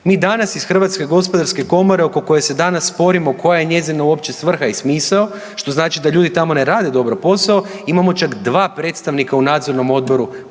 Mi danas iz Hrvatske gospodarske komore oko koje se danas sporimo koja je njezina uopće svrha i smisao, što znači da ljudi tamo ne rade dobro posao imamo čak dva predstavnika u Nadzornom odboru